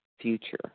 future